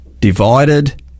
divided